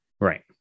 right